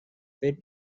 فکر